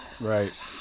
right